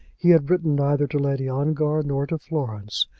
he had written neither to lady ongar nor to florence,